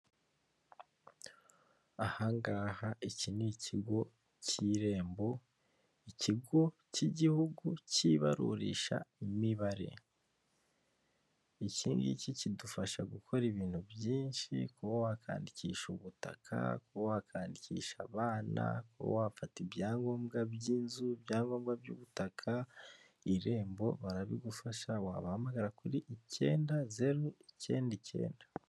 Ahangaha iki ni ikigo cy'irembo ikigo cy'igihugu cy'ibarurisha imibare ikigiki kidufasha gukora ibintu byinshi kuba wakandikisha ubutaka, kuba wakandikisha abana. kuba wafata ibyangombwa by'ubutaka irembo barabigufasha wabahamagara kuri icyenda zeru icyenda icyenda.